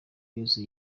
yose